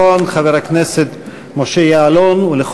תודה לשר הביטחון חבר הכנסת משה יעלון ולכל